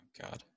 God